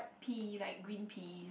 pea like green peas